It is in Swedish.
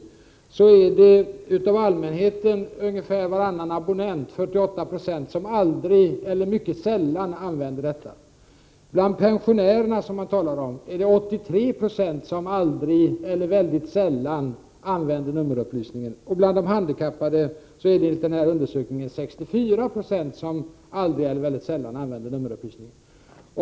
Enligt den här undersökningen är det när det gäller allmänheten ungefär varannan abonnent, 48 76, som aldrig eller mycket sällan använder nummerupplysningen. Bland pensionärerna som man talar om är det 83 26 som aldrig eller mycket sällan använder nummerupplysningen, och bland de handikappade är siffran 64 9.